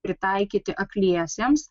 pritaikyti akliesiems